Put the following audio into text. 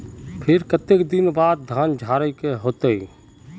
फिर केते दिन बाद धानेर झाड़े के होते?